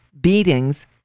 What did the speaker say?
beatings